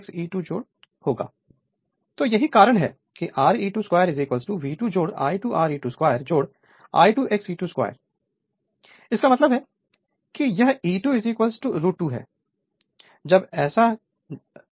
Refer Slide Time 2759 तो यही कारण है कि Re22 V2 I2 Re22 I2 XE22 इसका मतलब है कि यह E22√ है